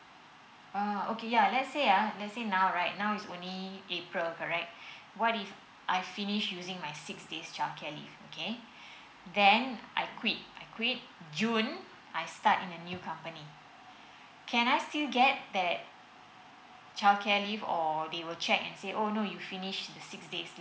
ah okay ya let's say ah let's say now right now is only april correct what if I finish using my six days childcare leave okay then I quit I quit june I start in a new company can I still get that childcare leave or they will check and say oh no you finish the six day